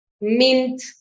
mint